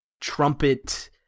trumpet